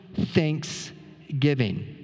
thanksgiving